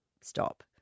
stop